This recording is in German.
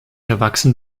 erwachsen